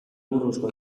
buruzko